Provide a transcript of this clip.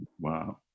Wow